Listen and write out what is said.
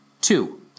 Two